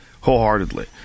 wholeheartedly